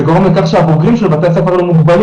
זה גורם לכך שבוגרים של בתי הספר מוגבלים